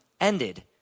ended